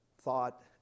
thought